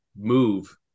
move